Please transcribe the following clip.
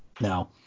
Now